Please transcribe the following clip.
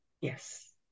Yes